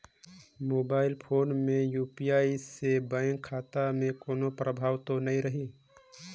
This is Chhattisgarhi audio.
मोबाइल फोन मे यू.पी.आई से बैंक खाता मे कोनो प्रभाव तो नइ रही?